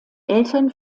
eltern